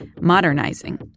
modernizing